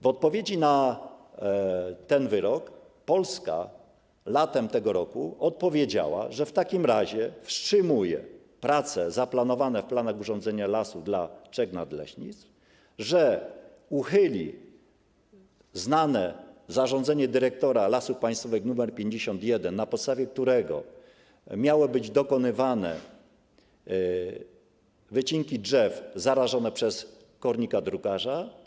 W odpowiedzi na ten wyrok Polska latem tego roku stwierdziła, że w takim razie wstrzymuje prace zaplanowane w ramach planów urządzenia lasów dla trzech nadleśnictw i że uchyli zarządzenie dyrektora Lasów Państwowych nr 51, na podstawie którego miały być dokonywane wycinki drzew zarażonych przez kornika drukarza.